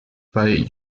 bei